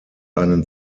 einen